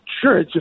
sure